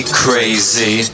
crazy